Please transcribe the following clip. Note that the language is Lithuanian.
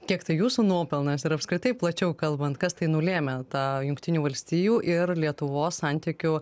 kiek tai jūsų nuopelnas ir apskritai plačiau kalbant kas tai nulėmė tą jungtinių valstijų ir lietuvos santykių